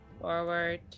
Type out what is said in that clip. forward